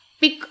Pick